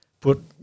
put